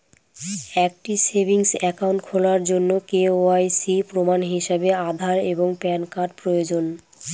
একটি savings account খোলার জন্য কে.ওয়াই.সি প্রমাণ হিসাবে আধার এবং প্যান কার্ড প্রয়োজন